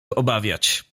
obawiać